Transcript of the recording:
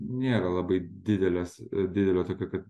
nėra labai didelės didelio tokio kad